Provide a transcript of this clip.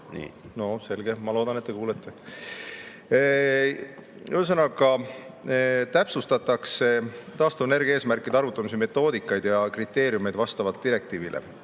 No selge, ma loodan, et te kuulete. Ühesõnaga, täpsustatakse taastuvenergia eesmärkide arvutamise metoodikaid ja kriteeriumeid vastavalt direktiivile.